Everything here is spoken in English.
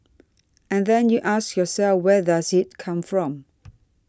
and then you ask yourself whether does it come from